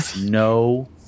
No